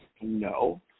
no